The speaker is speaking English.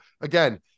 again